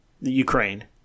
Ukraine